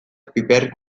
piperrik